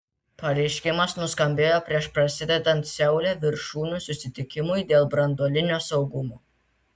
pareiškimas nuskambėjo prieš prasidedant seule viršūnių susitikimui dėl branduolinio saugumo